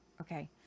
Okay